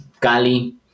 Cali